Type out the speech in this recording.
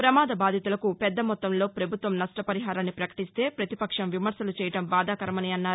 ప్రమాద బాధితులకు పెద్దమొత్తంలో పభుత్వం నష్టపరిహారాన్ని పకటిస్తే పతిపక్షం విమర్లులు చేయడం బాధాకరమన్నారు